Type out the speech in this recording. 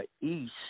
east